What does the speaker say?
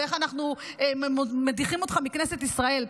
ואיך אנחנו מדיחים אותך מכנסת ישראל.